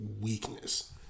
weakness